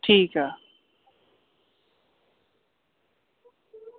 ठीक आ